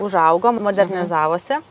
užaugom ir modernizavosi